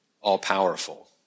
all-powerful